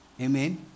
Amen